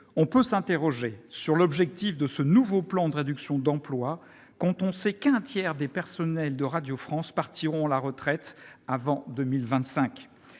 On peut s'interroger sur l'objectif de ce nouveau plan de réduction d'emplois, quand on sait qu'un tiers des personnels de Radio France partiront à la retraite d'ici à 2025.